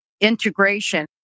integration